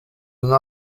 una